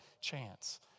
chance